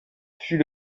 fut